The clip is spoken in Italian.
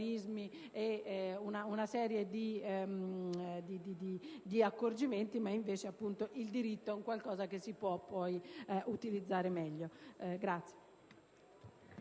una serie di accorgimenti, mentre il diritto è qualcosa che si può poi utilizzare meglio.